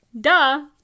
duh